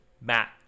Matt